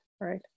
right